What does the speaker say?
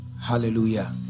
Hallelujah